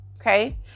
Okay